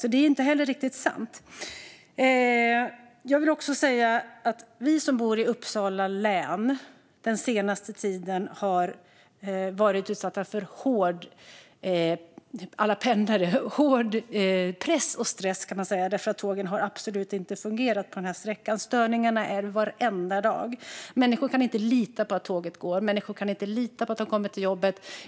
Det är alltså inte heller riktigt sant. Alla vi pendlare som bor i Uppsala län har den senaste tiden varit utsatta för hård press och stress därför att tågtrafiken absolut inte har fungerat på sträckan. Det är störningar varenda dag. Människor kan inte lita på att tåget går. Människor kan inte lita på att de kommer fram till jobbet.